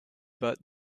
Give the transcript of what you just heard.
pas